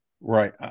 Right